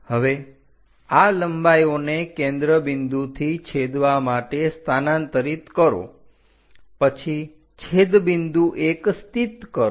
હવે આ લંબાઈઓને કેન્દ્ર બિંદુથી છેદવા માટે સ્થાનાંતરિત કરો પછી છેદ બિંદુ 1 સ્થિત કરો